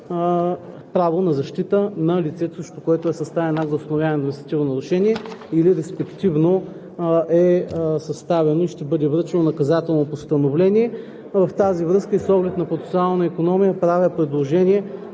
право на защита на лицето, срещу което е съставен акт за установяване на административно нарушение, или респективно е съставено и ще бъде връчено наказателно постановление. В тази връзка и с оглед на процесуална икономия правя предложение